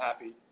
happy